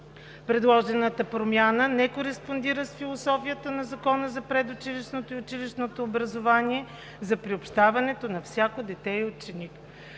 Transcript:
Предложената промяна не кореспондира с философията на Закона за предучилищното и училищното образование за приобщаването на всяко дете и ученик.